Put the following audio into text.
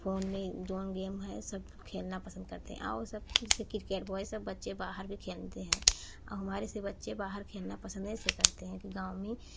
phone में जोन game है सब खेलना पसंद करते हैं आओ सब से क्रिकेट बॉय सब बच्चे बाहर भी खेलते हैं औ हमारे से बच्चे बाहर खेलना पसंद ऐसे करते हैं कि गाँव में